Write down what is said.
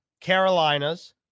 Carolina's